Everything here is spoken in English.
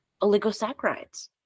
oligosaccharides